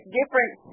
different